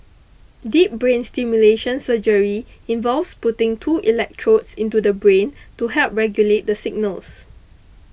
deep brain stimulation surgery involves putting two electrodes into the brain to help regulate the signals